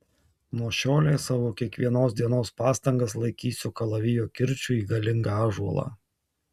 nuo šiolei savo kiekvienos dienos pastangas laikysiu kalavijo kirčiu į galingą ąžuolą